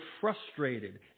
frustrated